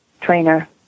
trainer